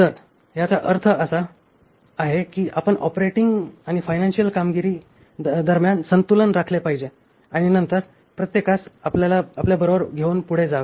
तर याचा अर्थ असा आहे की आपण ऑपरेटिंग आणि फायनान्शियल कामगिरी दरम्यान संतुलन राखले पाहिजे आणि नंतर प्रत्येकास आपल्याबरोबर घेऊन पुढे जावे